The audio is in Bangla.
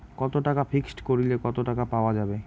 কত টাকা ফিক্সড করিলে কত টাকা পাওয়া যাবে?